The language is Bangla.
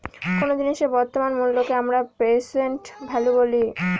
কোন জিনিসের বর্তমান মুল্যকে আমরা প্রেসেন্ট ভ্যালু বলি